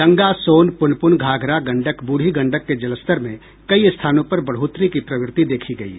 गंगा सोन प्रनपुन घाघरा गंडक ब्रुढ़ी गंडक के जलस्तर में कई स्थानों पर बढ़ोतरी की प्रवृति देखी गयी